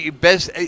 best